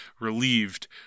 relieved